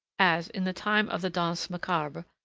as, in the time of the danse macabre,